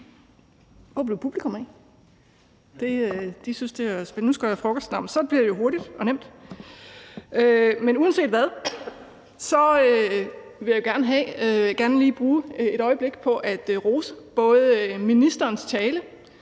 Hvor blev publikum af? De skulle måske til frokost. Jamen så bliver det hurtigt og nemt. Uanset hvad vil jeg gerne lige bruge et øjeblik på at rose både ministeren og